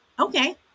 Okay